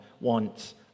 wants